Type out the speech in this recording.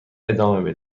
ادامه